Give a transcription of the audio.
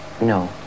No